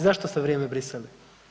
Zašto ste vrijeme brisali?